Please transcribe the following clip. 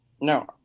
No